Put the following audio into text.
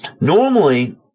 Normally